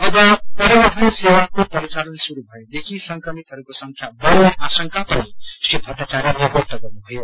अब परिवहन सेवाको परिचालन शुरू भएदेखि संक्रमितहरूको संख्या बढ़ने आशंका पनि श्री भट्टाचायले व्यक्त गर्नुभयो